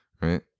right